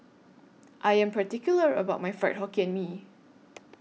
I Am particular about My Fried Hokkien Mee